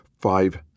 Five